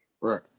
right